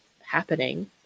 happening